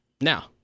now